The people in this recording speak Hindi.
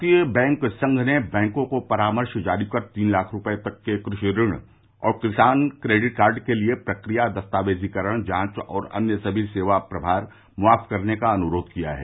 भारतीय बैंक संघ ने बैंकों को परामर्श जारी कर तीन लाख रूपये तक के कृषि ऋण और किसान क्रेडिट कार्ड के लिए प्रक्रिया दस्तावेजीकरण जांच और अन्य सभी सेवा प्रभार माफ करने का अनुरोध किया है